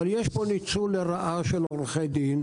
אבל יש פה ניצול לרעה של עורכי דין,